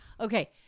Okay